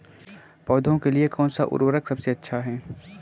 पौधों के लिए कौन सा उर्वरक सबसे अच्छा है?